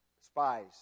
spies